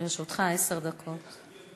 לרשותך עשר דקות.